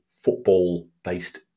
football-based